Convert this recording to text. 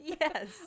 Yes